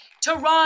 Toronto